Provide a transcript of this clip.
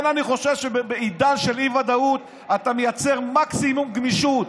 אני חושב שבעידן של אי-ודאות אתה מייצר מקסימום גמישות.